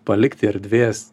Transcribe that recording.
palikti erdvės